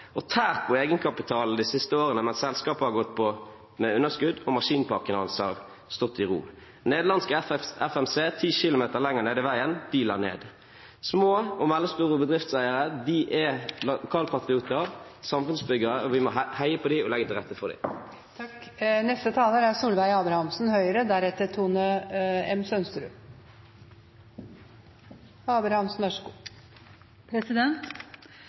på egenkapital de siste årene, mens selskapet har gått med underskudd og maskinparken hans har stått i ro. Nederlandske FMC ti kilometer lenger nede i veien la ned. Små og mellomstore bedriftseiere er lokalpatrioter, samfunnsbyggere, og vi må heie på dem og legge til rette for